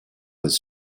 was